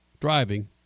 driving